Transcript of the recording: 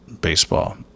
baseball